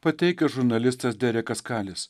pateikia žurnalistas derekas kalis